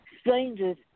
strangers